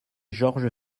georges